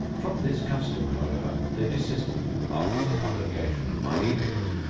from this custom, however, they desisted after the publication of my edict,